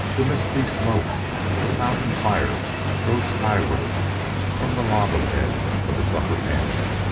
the misty smokes of a thousand fires rose skyward from the lava beds of its upper end.